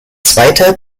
zweiter